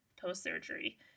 post-surgery